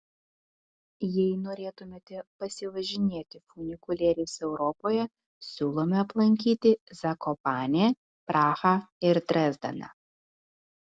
jei norėtumėte pasivažinėti funikulieriais europoje siūlome aplankyti zakopanę prahą ir dresdeną